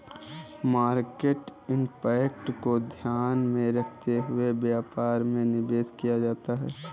market impact को ध्यान में रखते हुए व्यापार में निवेश किया जाता है